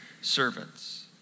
servants